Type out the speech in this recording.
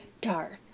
dark